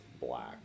black